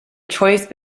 choice